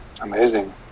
Amazing